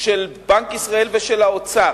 של בנק ישראל ושל האוצר,